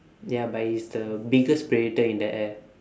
ya but it's the biggest predator in the air